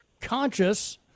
conscious